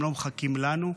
הם לא מחכים לנו,